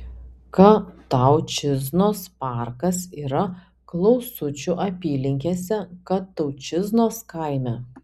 kataučiznos parkas yra klausučių apylinkėse kataučiznos kaime